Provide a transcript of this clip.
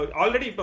already